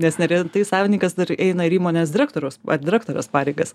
nes neretai savininkas dar eina ir įmonės direktoriaus direktoriaus pareigas